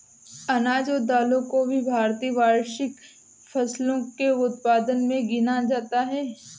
अनाज और दालों को भी भारत की वार्षिक फसलों के उत्पादन मे गिना जाता है